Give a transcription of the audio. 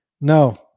No